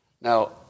Now